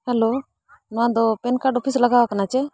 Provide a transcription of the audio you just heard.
hello ᱱᱚᱣᱟ ᱫᱚ PAN card office ᱞᱟᱜᱟᱣ ᱟᱠᱟᱱᱟ ᱥᱮ